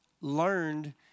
learned